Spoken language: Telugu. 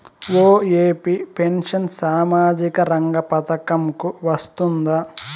ఒ.ఎ.పి పెన్షన్ సామాజిక రంగ పథకం కు వస్తుందా?